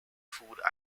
food